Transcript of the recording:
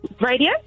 Radio